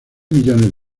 millones